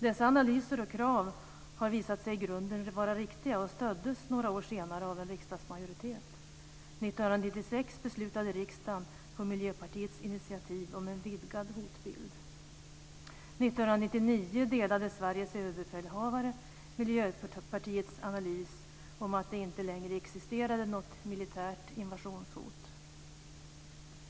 Våra analyser och krav har visat sig i grunden vara riktiga och stöddes några år senare av en riksdagsmajoritet. 1996 beslutade riksdagen på Miljöpartiets initiativ om en vidgad hotbild. 1999 delade Sveriges överbefälhavare Miljöpartiets analys om att det inte längre existerade något militärt invasionshot.